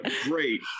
great